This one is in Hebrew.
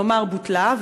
כלומר בוטלה.